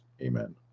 Amen